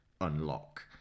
unlock